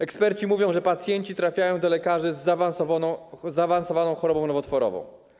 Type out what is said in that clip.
Eksperci mówią, że pacjenci trafiają do lekarzy z zaawansowaną chorobą nowotworową.